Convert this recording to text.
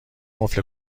قفل